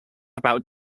about